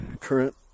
current